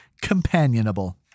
companionable